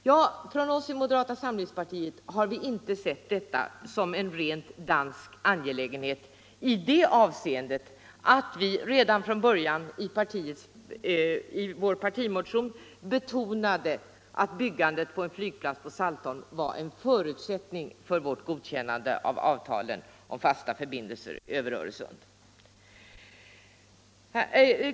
Vi i moderata samlingspartiet har inte sett detta som en rent dansk angelägenhet i det avseendet att vi redan från början i vår partimotion betonade att byggandet av en flygplats på Saltholm var en förutsättning för vårt godkännande av avtalen om fasta förbindelser över Öresund.